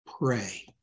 pray